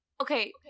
Okay